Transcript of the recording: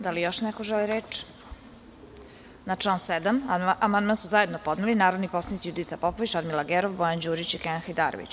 Da li još neko želi reč? (Ne) Na član 7. amandman su zajedno podneli narodni poslanici Judita Popović, Radmila Gerov, Bojan Đurić i Kenan Hajdarević.